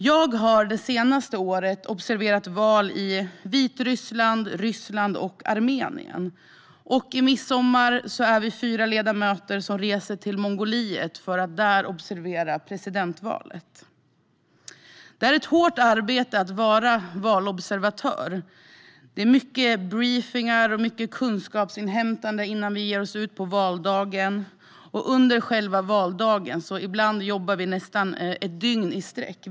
Jag har det senaste året observerat val i Vitryssland, Ryssland och Armenien. I midsommar är vi fyra ledamöter som reser till Mongoliet för att där observera presidentvalet. Det är ett hårt arbete att vara valobservatör. Det är mycket briefingar och kunskapsinhämtande innan vi ger oss ut på valdagen. Vid valen jobbar vi ibland nästan ett dygn i sträck.